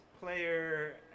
player